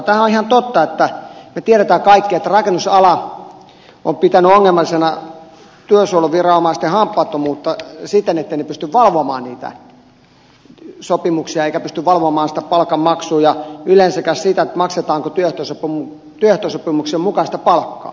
tämähän on ihan totta me tiedämme kaikki että rakennusala on pitänyt ongelmallisena työsuojeluviranomaisten hampaattomuutta siten etteivät he pysty valvomaan niitä sopimuksia eivätkä pysty valvomaan sitä palkanmaksua ja yleensäkään sitä maksetaanko työehtosopimuksen mukaista palkkaa